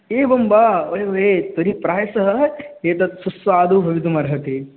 एवं वा वै वे तर्हि प्रायशः एतत् सुस्वादु भवितुमर्हति